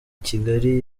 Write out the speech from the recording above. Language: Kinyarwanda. kigali